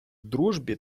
дружбі